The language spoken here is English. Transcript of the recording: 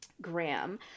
Graham